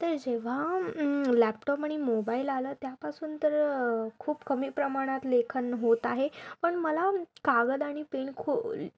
तर जेव्हा लॅपटॉप आणि मोबाईल आलं त्यापासून तर खूप कमी प्रमाणात लेखन होत आहे पण मला कागद आणि पेन खू